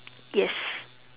yes